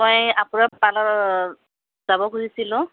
মই আপোনাৰ পাৰ্লাৰত যাব খুজিছিলোঁ